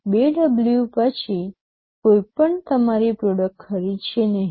૨ W પછી કોઈ પણ તમારી પ્રોડક્ટ ખરીદશે નહીં